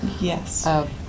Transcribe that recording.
Yes